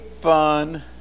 fun